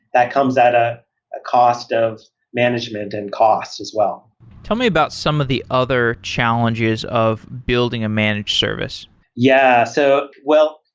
that comes at a cost of management and cost as well tell me about some of the other challenges of building a managed service yeah. so well,